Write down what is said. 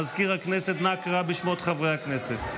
מזכיר הכנסת, נא קרא בשמות חברי הכנסת.